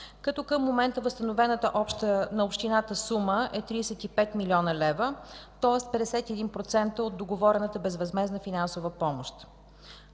като към момента възстановената на общината сума е 35 млн. лв., тоест 51% от договорената безвъзмездна финансова помощ.